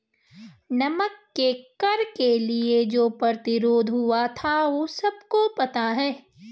नमक के कर के लिए जो प्रतिरोध हुआ था वो सबको पता है